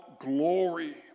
glory